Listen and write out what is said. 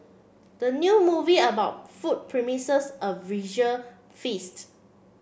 the new movie about food promises a visual feast